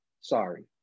sorry